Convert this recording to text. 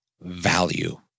value